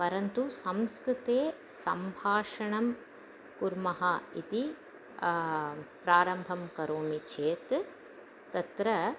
परन्तु संस्कृते सम्भाषणं कुर्मः इति प्रारम्भं करोमि चेत् तत्र